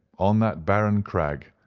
on that barren crag,